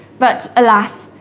but alas,